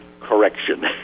correction